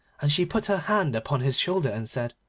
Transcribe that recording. and she put her hand upon his shoulder and said,